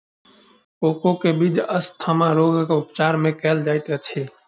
cocoa के बीज asthma रोगक उपचार मे कयल जाइत अछि